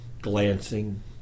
glancing